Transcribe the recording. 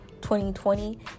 2020